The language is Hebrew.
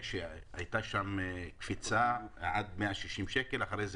הייתה שם קפיצה עד 160 שקל ואחרי כן